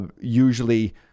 usually